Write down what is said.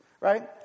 right